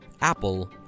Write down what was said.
apple